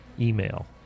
email